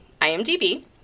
IMDb